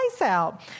out